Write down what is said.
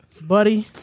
buddy